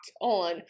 On